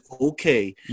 okay